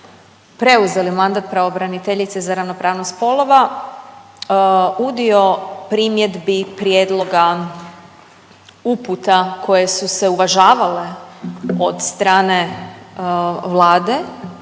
preuzeli mandat Pravobraniteljice za ravnopravnost spolova, udio primjedbi, prijedloga, uputa koje su se uvažavale od strane Vlade